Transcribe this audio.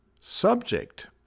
subject